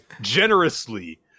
generously